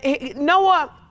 Noah